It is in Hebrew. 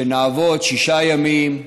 שנעבוד שישה ימים,